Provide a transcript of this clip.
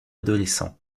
adolescents